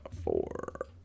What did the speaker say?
four